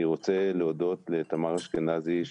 אני רוצה להודות לתמר אשכנזי,